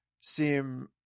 seem